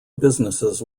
businesses